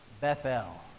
Bethel